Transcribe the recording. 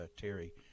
Terry